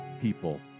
people